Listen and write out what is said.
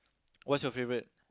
what's your favorite